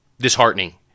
disheartening